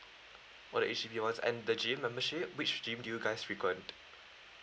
for the H_D_B ones and the gym membership which gym do you guys frequent